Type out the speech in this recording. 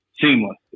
Seamless